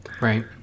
Right